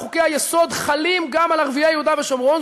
שחוקי-היסוד חלים גם על ערביי יהודה ושומרון.